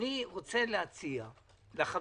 אני רוצה להציע לחברים,